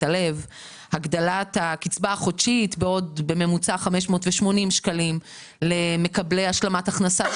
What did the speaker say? הלב: הגדלת הקצבה החודשית ב-580 שקלים בממוצע למקבלי השלמת הכנסה,